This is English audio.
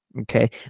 Okay